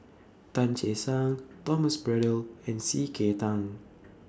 Tan Che Sang Thomas Braddell and C K Tang